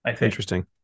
interesting